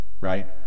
right